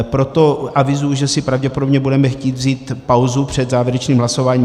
Proto avizuji, že si pravděpodobně budeme chtít vzít pauzu před závěrečným hlasováním.